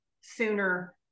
sooner